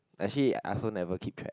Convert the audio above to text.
actually I also never keep track